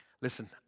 listen